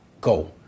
go